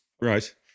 right